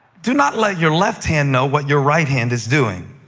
do not let your left hand know what your right hand is doing,